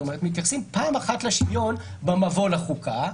מתייחסים פעם אחת לשוויון במבוא לחוקה,